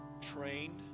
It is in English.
trained